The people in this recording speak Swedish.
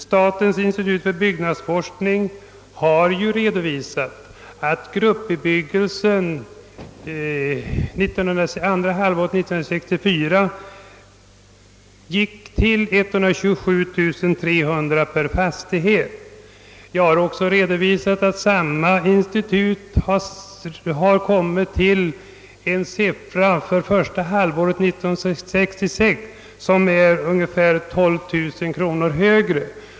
Statens institut för byggnadsforskning har ju redovisat att gruppbebyggelsen under andra halvåret 1964 kostade 127300 kronor per fastighet. Jag har även nämnt att samma utredning för första halvåret 1966 räknat fram en siffra som är ungefär 12000 kronor högre.